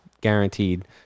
guaranteed